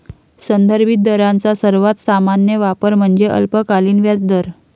संदर्भित दरांचा सर्वात सामान्य वापर म्हणजे अल्पकालीन व्याजदर